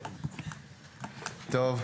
טוב,